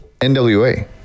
NWA